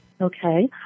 Okay